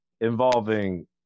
involving